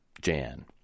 Jan